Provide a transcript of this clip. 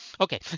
Okay